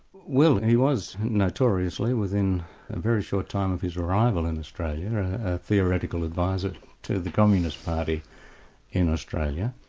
well he was notoriously, within a very short time of his arrival in australia, a theoretical adviser to the communist party in australia.